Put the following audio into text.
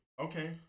Okay